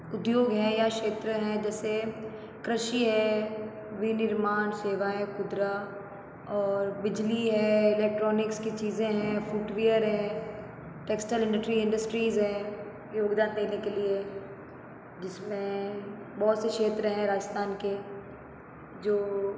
उद्योग हैं या क्षेत्र हैं जैसे कृषि है विनिर्माण सेवाएँ खुद्रा और बिजली है इलेक्ट्रॉनिक्स की चीज़ें हैं फ़ुटवेयर है टेक्सटाइल इंडस्ट्रीज़ हैं योगदान देने के लिए जिसमें बहुत से क्षेत्र हैं राजस्थान के जो